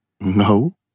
No